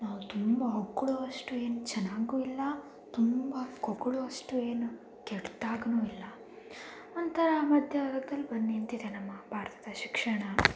ನಾವು ತುಂಬ ಹೊಗಳುವಷ್ಟು ಏನು ಚೆನ್ನಾಗೂ ಇಲ್ಲ ತುಂಬ ತೆಗಳುವಷ್ಟು ಏನು ಕೆಟ್ದಾಗೂ ಇಲ್ಲ ಒಂಥರಾ ಮಧ್ಯದಲ್ಲಿ ಬಂದು ನಿಂತಿದೆ ನಮ್ಮ ಭಾರತದ ಶಿಕ್ಷಣ